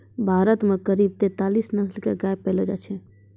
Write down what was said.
भारत मॅ करीब तेतालीस नस्ल के गाय पैलो जाय छै